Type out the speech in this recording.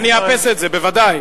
אני אאפס את זה, בוודאי.